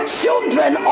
children